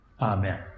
Amen